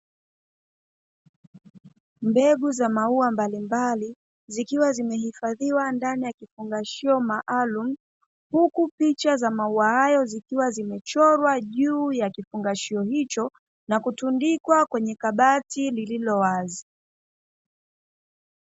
Mbegu za maua mbalimbali, zikiwa zimehifadhiwa ndani ya kifungashio maalumu, huku picha za maua hayo zikiwa zimechorwa juu ya kifungashio hicho na kutundikwa kwenye kabati lililo wazi.